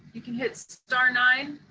you can hit star nine,